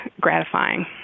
gratifying